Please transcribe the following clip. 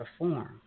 perform